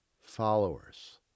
followers